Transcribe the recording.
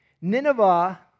Nineveh